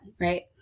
right